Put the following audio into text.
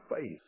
faith